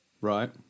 Right